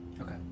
Okay